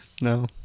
No